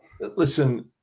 Listen